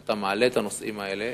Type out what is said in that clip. שאתה מעלה את הנושאים האלה,